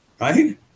Right